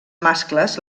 mascles